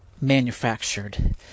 manufactured